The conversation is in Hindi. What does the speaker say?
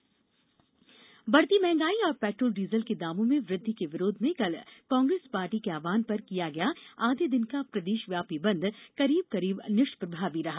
कांग्रेस बंद बढ़ती महंगाई और पेट्रोल डीजल के दामों में वृद्वि के विरोध में कल कांग्रेस पार्टी के आहवान पर किया गया आधे दिन का प्रदेशव्यापी बंद करीब करीब निष्प्रभावी रहा